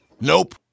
Nope